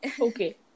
Okay